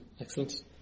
Excellent